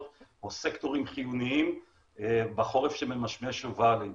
או סקטורים חיוניים בחורף שממשמש ובא עלינו.